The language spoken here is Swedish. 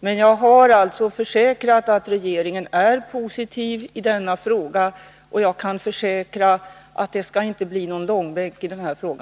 Men jag har alltså försäkrat att regeringen är positiv i denna fråga. Det skall inte bli någon långbänk.